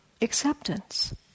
acceptance